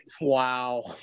Wow